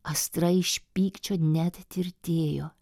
astra iš pykčio net tirtėjo